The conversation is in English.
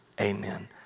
Amen